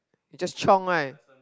just chiong right